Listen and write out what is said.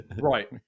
right